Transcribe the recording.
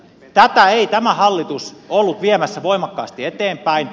tätä ei tämä hallitus ollut viemässä voimakkaasti eteenpäin